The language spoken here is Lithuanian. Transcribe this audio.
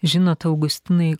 žinot augustinai